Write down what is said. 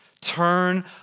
Turn